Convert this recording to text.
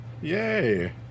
Yay